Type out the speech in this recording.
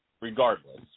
regardless